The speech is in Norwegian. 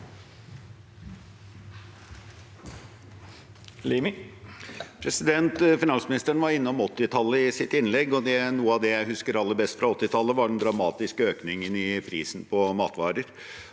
Finansmi- nisteren var innom 1980-tallet i sitt innlegg. Noe av det jeg husker aller best fra 1980-tallet, var den dramatiske økningen i prisen på matvarer.